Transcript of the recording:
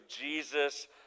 Jesus